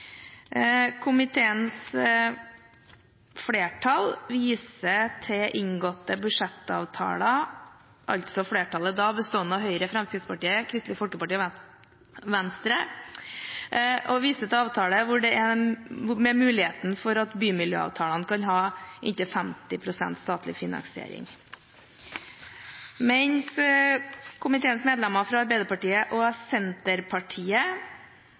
Komiteens flertall, bestående av Høyre, Fremskrittspartiet, Kristelig Folkeparti og Venstre, viser til inngåtte budsjettavtaler med mulighet for at bymiljøavtalene kan ha inntil 50 pst. statlig finansiering, mens komiteens medlemmer fra Arbeiderpartiet og Senterpartiet